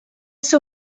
seu